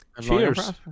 cheers